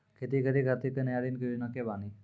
खेती के खातिर कोनो नया ऋण के योजना बानी?